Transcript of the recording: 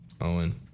Owen